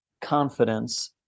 confidence